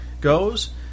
goes